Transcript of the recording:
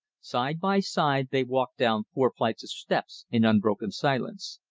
side by side they walked down four flights of steps in unbroken silence.